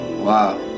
Wow